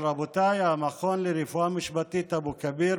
רבותיי, המכון לרפואה משפטית אבו כביר